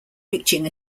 reaching